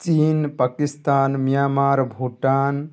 ଚୀନ୍ ପାକିସ୍ତାନ ମିଆଁମାର ଭୁଟାନ